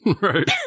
Right